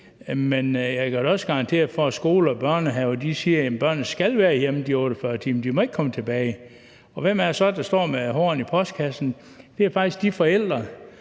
men jeg kan da også garantere for, at skoler og børnehaver siger: Jamen børnene skal være hjemme i de 48 timer, de må ikke komme tilbage før. Og hvem er det så, der står med håret i postkassen? Det er faktisk de forældre,